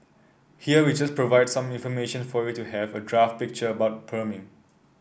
here we just provide some information for you to have a draft picture about perming